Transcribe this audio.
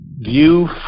view